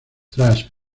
tras